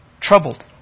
troubled